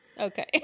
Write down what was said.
Okay